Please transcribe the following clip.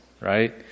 right